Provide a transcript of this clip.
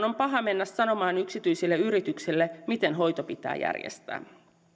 on paha mennä sanomaan yksityiselle yritykselle miten hoito pitää järjestää